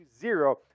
zero